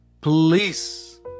please